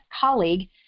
Colleague